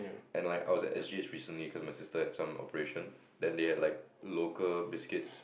and like I was at S_G_H recently cause my sister had some operation then they have like local biscuits